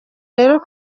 rero